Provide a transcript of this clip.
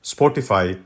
Spotify